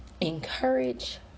encourage